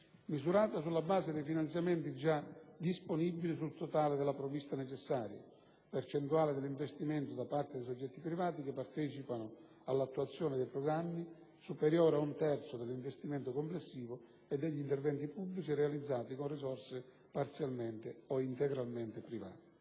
misurata sulla base dei finanziamenti già disponibili sul totale della provvista necessaria, percentuale dell'investimento da parte dei soggetti privati che partecipano all'attuazione dei programmi superiore ad un terzo dell'investimento complessivo e degli interventi pubblici realizzati con risorse parzialmente o integralmente private;